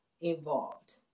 involved